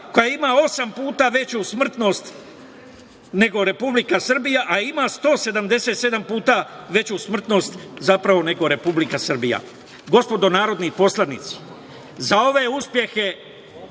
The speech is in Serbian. koja ima osam puta veću smrtnost nego Republika Srbija, a ima 177 puta veću smrtnost zapravo nego Republika Srbija. Gospodo narodni poslanici, za ove uspehe